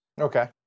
Okay